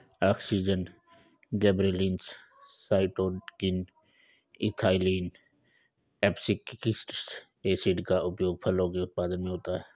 auxin, gibberellins, cytokinin, ethylene, abscisic acid का उपयोग फलों के उत्पादन में होता है